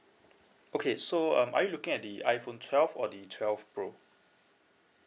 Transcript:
okay so um are you looking at the iphone twelve or the twelve pro